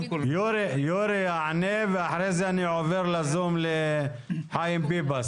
יורי יענה ואחרי זה אני עובר לזום לחיים ביבס.